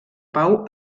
pau